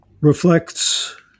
reflects